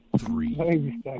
three